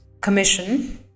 Commission